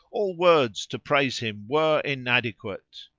all words to praise him were inadequate.